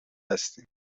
هستیم